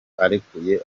arekuye